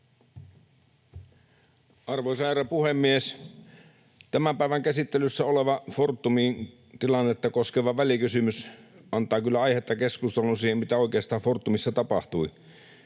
Arvoisa herra puhemies! Tämän päivän käsittelyssä oleva Fortumin tilannetta koskeva välikysymys antaa kyllä aihetta keskusteluun siitä, mitä oi- keastaan Fortumissa tapahtui.